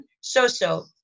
so-so